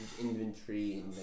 inventory